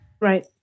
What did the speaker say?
Right